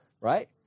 right